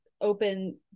open